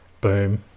boom